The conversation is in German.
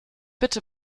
bitte